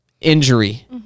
injury